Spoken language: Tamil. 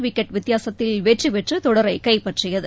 விக்கெட் வித்தியாசத்தில் வெற்றிபெற்றுதொடரைக் கைப்பற்றியது